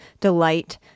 delight